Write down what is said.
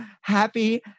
happy